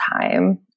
time